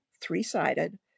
three-sided